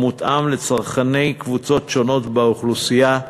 המותאם לצרכנים בקבוצות שונות באוכלוסייה,